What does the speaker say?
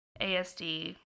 ASD